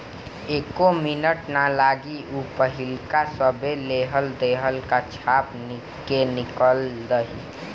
एक्को मिनट ना लागी ऊ पाहिलका सभे लेहल देहल का छाप के निकल दिहि